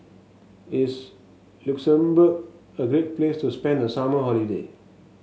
is Luxembourg a great place to spend the summer holiday